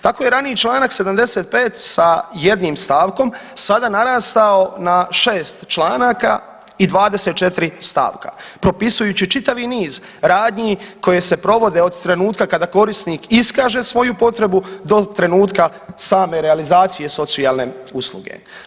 Tako je raniji čl. 75. sa jednim stavkom sada narastao na 6 članaka i 24 stavka propisujući čitavi niz radnji koje se provode od trenutka kada korisnik iskaže svoju potrebu do trenutka same realizacije socijalne usluge.